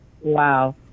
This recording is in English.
Wow